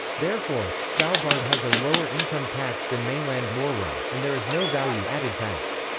therefore, svalbard has a lower income tax than mainland norway, and there is no value added tax.